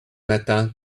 metal